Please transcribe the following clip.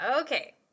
Okay